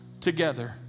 together